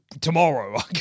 tomorrow